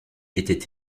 était